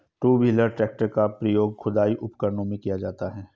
to wheeler tractor का प्रयोग खुदाई उपकरणों में किया जाता हैं